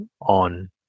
on